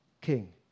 king